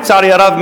לצערי הרב,